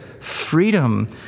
freedom